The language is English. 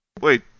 Wait